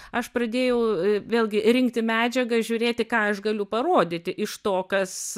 aš pradėjau vėlgi rinkti medžiagą žiūrėti ką aš galiu parodyti iš to kas